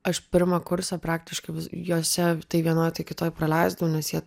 aš pirmą kursą praktiškai jose tai vienoj tai kitoj praleisdavau nes jie